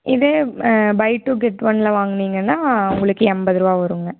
இது buy two get ஒன்னில் வாங்குனீங்கன்னா உங்களுக்கு எண்பது ரூபா வருங்க